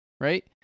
right